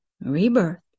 rebirth